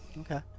okay